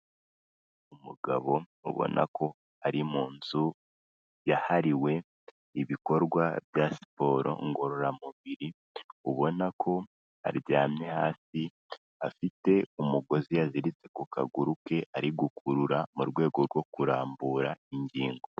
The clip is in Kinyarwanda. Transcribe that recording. Umugabo ubona ko ari mu nzu yahariwe ibikorwa bya siporo ngororamubiri, ubona ko aryamye hasi, afite umugozi yaziritse ku kaguru ke ari gukurura, mu rwego rwo kurambura ingingo.